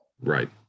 Right